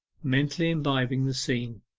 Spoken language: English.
mentally imbibing the scene.